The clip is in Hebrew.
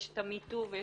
יש את ה-Me too ויש